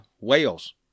Wales